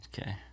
Okay